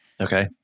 Okay